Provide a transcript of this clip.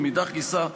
ומאידך גיסא,